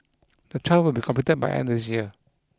the trial will be completed by the end of this year